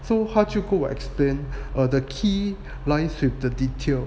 so 他就跟我 explain err the key lies with the detail